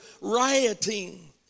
rioting